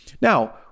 Now